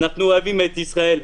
אנחנו אוהבים את ישראל.